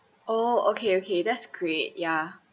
oh okay okay that's great ya